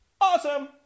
awesome